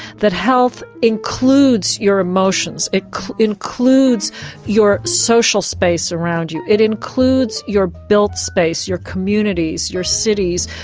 that health includes your emotions, it includes your social space around you, it includes your built space, your communities, your cities,